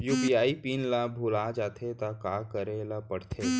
UPI pin ल भुला जाथे त का करे ल पढ़थे?